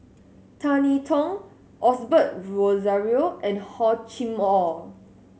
Tan I Tong Osbert Rozario and Hor Chim Or